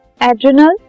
Adrenal